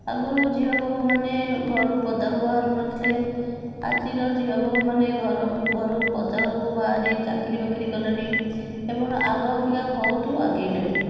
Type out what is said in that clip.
ଆଗୁରୁ ଝିଅ ବୋହୂମାନେ ଘରୁ ପଦାକୁ ବାହାରୁନଥିଲେ ଆଜିର ଝିଅ ବୋହୂମାନେ ଘରେ ଘରୁ ପଦାକୁ ବାହାରି ଚାକିରି ବାକିରି କଲେଣି ଏବଂ ଆଗ ଅପେକ୍ଷା ବହୁତ ଆଗେଇଲେଣି